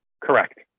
correct